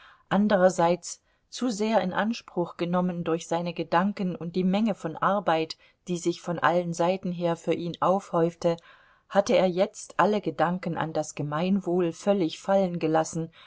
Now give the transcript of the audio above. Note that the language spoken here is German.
anderseits zu sehr in anspruch genommen durch seine gedanken und die menge von arbeit die sich von allen seiten her für ihn aufhäufte hatte er jetzt alle gedanken an das gemeinwohl völlig